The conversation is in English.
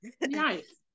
Nice